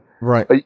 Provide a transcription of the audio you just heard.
right